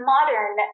Modern